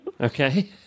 Okay